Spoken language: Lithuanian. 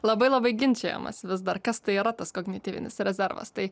labai labai ginčijamasi vis dar kas tai yra tas kognityvinis rezervas tai